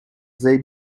their